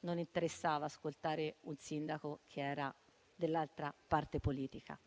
non interessava ascoltare un sindaco che era dell'altra parte politica.